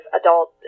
adult